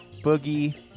boogie